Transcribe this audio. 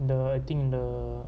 the thing the